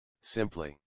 simply